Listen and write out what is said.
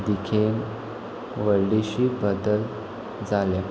दिकेन व्हडलीशी बदल जाल्या